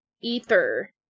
ether